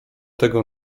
tego